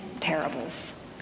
parables